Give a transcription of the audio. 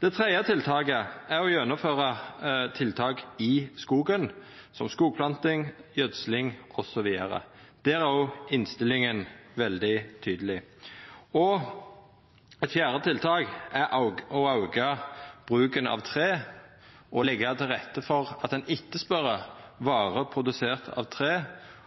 Det tredje tiltaket er å gjennomføra tiltak i skogen som skogplanting, gjødsling osv. Der er òg innstillinga veldig tydeleg. Eit fjerde tiltak er å auka bruken av tre og leggja til rette for at ein etterspør varer produserte av tre